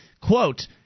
Quote